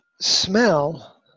smell